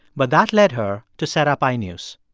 but that led her to set up i-news.